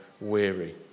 weary